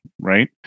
right